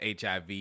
HIV